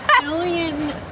billion